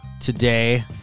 today